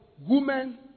women